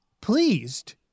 pleased